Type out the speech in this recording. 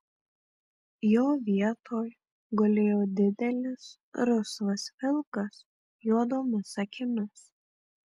jo vietoj gulėjo didelis rusvas vilkas juodomis akimis